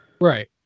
Right